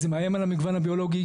זה מאיים על המגוון הביולוגי.